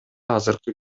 азыркы